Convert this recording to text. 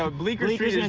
ah bleecker street and is